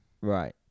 right